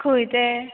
खंय ते